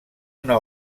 una